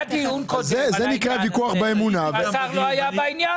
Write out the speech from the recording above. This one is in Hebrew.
היה דיון קודם על העניין הזה והשר לא היה בעניין.